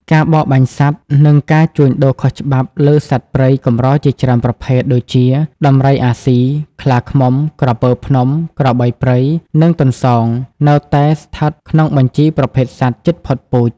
ការបរបាញ់សត្វ និងការជួញដូរខុសច្បាប់លើសត្វព្រៃកម្រជាច្រើនប្រភេទ ដូចជា ដំរីអាស៊ី ខ្លាឃ្មុំ ក្រពើភ្នំ ក្របីព្រៃ និងទន្សោង នៅតែស្ថិតក្នុងបញ្ជីប្រភេទសត្វជិតផុតពូជ។